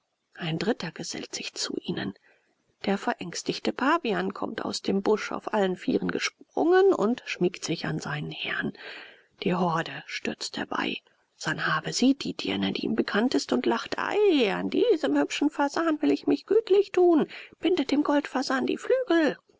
ein dritter gesellt sich zu ihnen der verängstigte pavian kommt aus dem busch auf allen vieren gesprungen und schmiegt sich an seinen herrn die horde stürzt herbei sanhabe sieht die dirne die ihm bekannt ist und lacht ei an diesem hübschen fasan will ich mich gütlich tun bindet dem goldfasan die flügel